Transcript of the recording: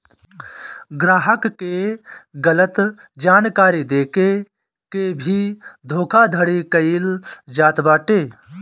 ग्राहक के गलत जानकारी देके के भी धोखाधड़ी कईल जात बाटे